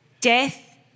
Death